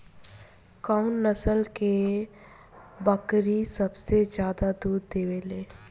कउन नस्ल के बकरी सबसे ज्यादा दूध देवे लें?